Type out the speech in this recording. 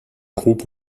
groupes